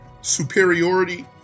superiority